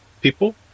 people